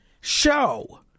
show